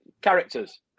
characters